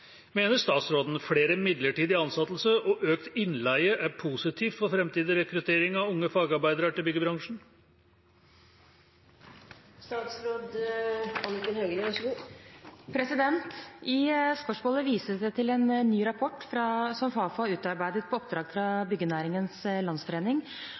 Mener statsråden flere midlertidig ansatte og økt innleie er positivt for fremtidig rekruttering av unge fagarbeidere til byggebransjen?» I spørsmålet vises det til en ny rapport som Fafo har utarbeidet på oppdrag fra Byggenæringens Landsforening